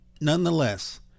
Nonetheless